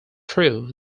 through